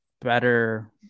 better